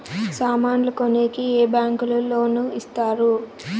సామాన్లు కొనేకి ఏ బ్యాంకులు లోను ఇస్తారు?